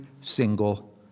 single